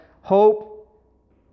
hope